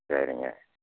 சரிங்க